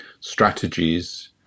strategies